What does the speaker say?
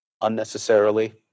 unnecessarily